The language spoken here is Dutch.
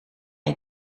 het